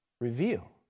reveal